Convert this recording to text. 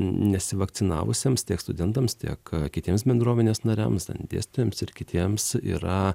nesivakcinavusiems tiek studentams tiek kitiems bendruomenės nariams ten dėstytojams ir kitiems yra